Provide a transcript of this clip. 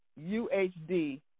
UHD